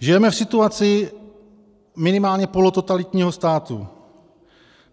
Žijeme v situaci minimálně polototalitního státu,